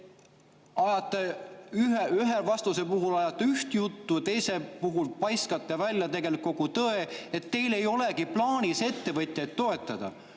aru? Te ühe vastuse puhul ajate üht juttu ja teise puhul paiskate välja kogu tõe, et teil ei olegi plaanis ettevõtjaid toetada.